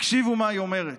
תקשיבו למה שהיא אומרת: